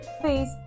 Please